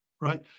right